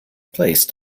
placed